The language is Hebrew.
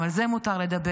גם על זה מותר לדבר.